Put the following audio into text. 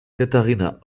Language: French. katharina